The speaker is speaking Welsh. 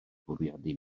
bwriadu